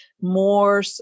more